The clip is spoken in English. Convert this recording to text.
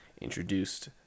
introduced